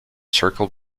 circle